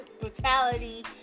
brutality